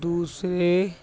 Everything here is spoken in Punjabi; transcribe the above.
ਦੂਸਰੇ